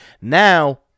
now